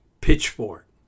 pitchfork